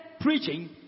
preaching